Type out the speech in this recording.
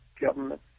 government